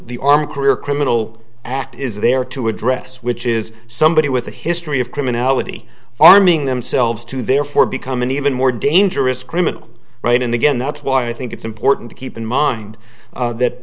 the army career criminal act is there to address which is somebody with a history of criminality arming themselves to therefore become an even more dangerous criminal right and again that's why i think it's important to keep in mind that